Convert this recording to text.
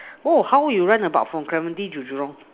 !whoa! how you round about from Clementi to Jurong